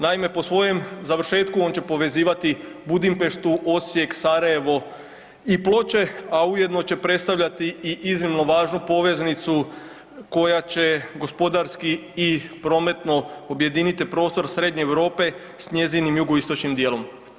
Naime, po svojem završetku on će povezivati Budimpeštu, Osijek, Sarajevo i Ploče, a ujedno će predstavljati i iznimno važnu poveznicu koja će gospodarski i prometno objediniti prostor srednje Europe sa njezinim jugoistočnim dijelom.